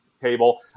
table